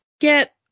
get